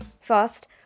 First